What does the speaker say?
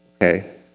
okay